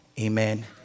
Amen